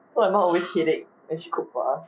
my mum always headache when she cook for us